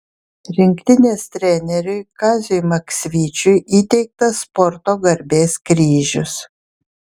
rinktinės treneriui kaziui maksvyčiui įteiktas sporto garbės kryžius